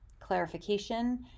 clarification